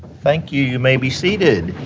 thank you. you may be seated.